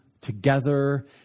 together